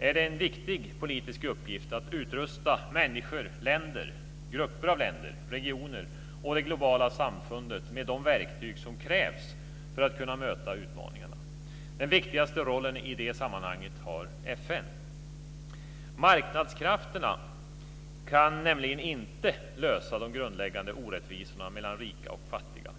är det en viktig politisk uppgift att utrusta människor, länder, grupper av länder, regioner och det globala samfundet med de verktyg som krävs för att kunna möta utmaningarna. Den viktigaste rollen i det sammanhanget har FN. Marknadskrafterna kan nämligen inte lösa de grundläggande orättvisorna mellan rika och fattiga.